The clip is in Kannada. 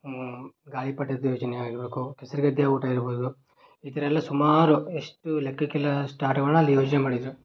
ಗಾಳಿಪಟದ ಯೋಜನೆ ಆಗಿರಬೇಕು ಕೆಸರು ಗದ್ದೆ ಓಟ ಇರ್ಬೋದು ಈ ಥರ ಎಲ್ಲ ಸುಮಾರು ಎಷ್ಟು ಲೆಕ್ಕಕ್ಕಿಲ್ಲ ಅಷ್ಟು ಆಟಗಳನ್ನ ಅಲ್ಲಿ ಯೋಜನೆ ಮಾಡಿದರು